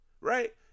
right